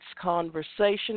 conversation